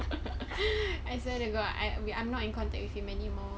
I said you go I re~ I'm not in contact with him anymore